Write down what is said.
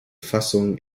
fassungen